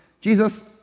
Jesus